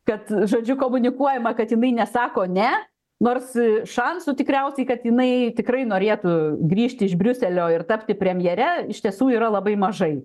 kad žodžiu komunikuojama kad jinai nesako ne nors šansų tikriausiai kad jinai tikrai norėtų grįžti iš briuselio ir tapti premjere iš tiesų yra labai mažai